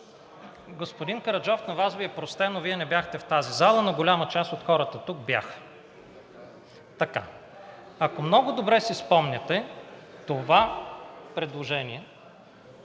Господин Караджов, на Вас Ви е простено – Вие не бяхте в тази зала, но голяма част от хората тук бяха. Така. Ако много добре си спомняте, това предложение